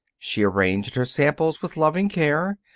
she arranged her samples with loving care.